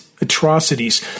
atrocities